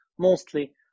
Mostly